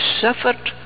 suffered